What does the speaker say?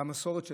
במסורת שלנו,